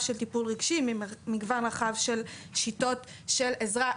משום שבסופו של דבר,